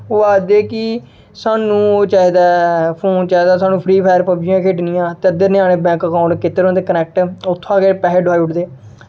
ओह् आखदे कि सानूं ओह् चाहिदा ऐ फोन चाहिदा ऐ सानूं फ्री फायर पबजी खेढनियां न ते अद्धें ञ्यानें बैंक अकाउंट कीते दे होंदे कनेक्ट ओह् उत्थुआं दे पैसे डोआई ओड़दे